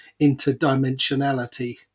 interdimensionality